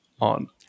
on